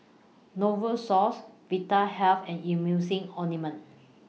Novosource Vitahealth and Emulsying Ointment